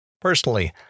Personally